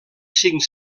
cinc